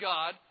God